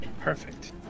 Perfect